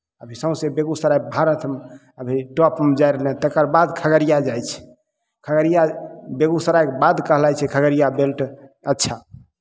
अभी सौँसै बेगूसराय भारतमे अभी टॉपमे जाय रहलै तकर बाद खगड़िया जाइ छै खगड़िया बेगूसरायके बाद कहलाइत छै खगड़िया बेल्ट अच्छा